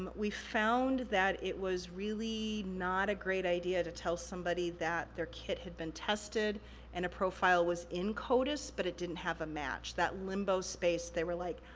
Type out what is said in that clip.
but we found that it was really not a great idea to tell somebody that their kit had been tested and a profile was in codis but it didn't have a match. that limbo space, they were like,